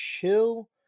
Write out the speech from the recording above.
chill